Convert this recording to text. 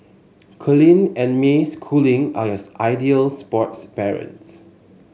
Colin and May Schooling are yours ideal sports parents